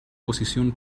posición